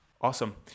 Awesome